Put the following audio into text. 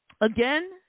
Again